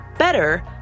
Better